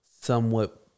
somewhat